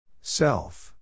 Self